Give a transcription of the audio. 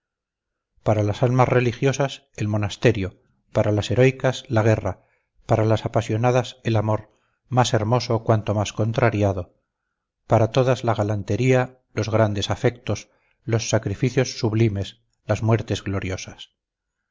para las almas religiosas el monasterio para las heroicas la guerra para las apasionadas el amor más hermoso cuanto más contrariado para todas la galantería los grandes afectos los sacrificios sublimes las muertes gloriosas